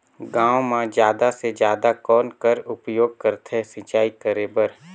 गांव म जादा से जादा कौन कर उपयोग करथे सिंचाई करे बर?